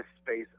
space